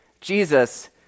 Jesus